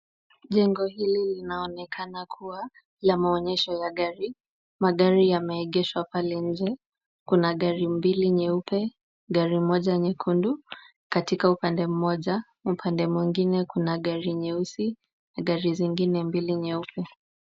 Jengo hili linaonekana kuwa ya maonyesho ya gari. Magari yameegeshwa pale nje. Kuna gari mbili nyeupe, gari moja nyekundu katika upande mmoja. Upande mwingine kuna gari nyeusi na gari zingine mbili nyeupe.